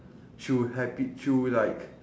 she would have been through like